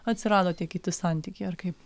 atsirado tie kiti santykiai ar kaip